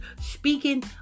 speaking